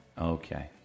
Okay